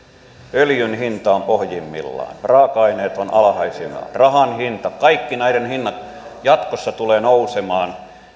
öljyn hinta on pohjimmillaan raaka aineet ovat alhaisina rahan hinta kaikkien näiden hinnat jatkossa tulevat nousemaan